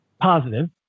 positive